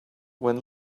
when